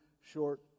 short